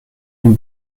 une